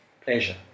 pleasure